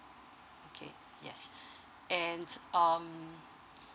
okay yes and um